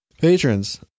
patrons